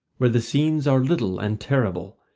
where the scenes are little and terrible,